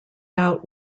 out